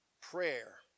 prayer